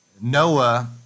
Noah